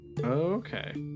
Okay